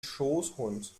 schoßhund